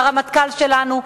הרמטכ"ל שלנו,